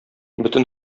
бөтен